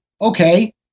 okay